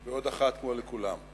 ועוד אחת, כמו לכולם.